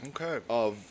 Okay